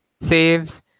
saves